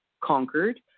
conquered